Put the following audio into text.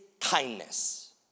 kindness